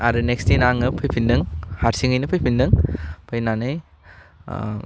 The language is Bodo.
आरो नेक्स दिना आङो फैफिनदों हारसिङैनो फैफिनदों फैनानै आह